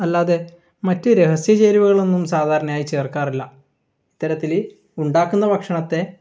അല്ലാതെ മറ്റ് രഹസ്യ ചേരുവകളൊന്നും സാധാരണയായി ചേർക്കാറില്ല ഇത്തരത്തിൽ ഉണ്ടാക്കുന്ന ഭക്ഷണത്തെ